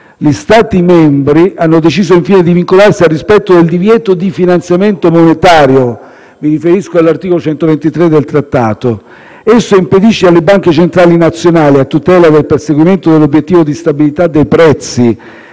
Gli Stati membri hanno deciso, infine, di vincolarsi al rispetto del divieto di finanziamento monetario: mi riferisco all'articolo 123 del Trattato. Esso impedisce alle Banche centrali nazionali, a tutela del perseguimento dell'obiettivo di stabilità dei prezzi